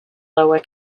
lower